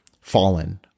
fallen